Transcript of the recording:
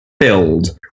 filled